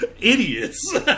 idiots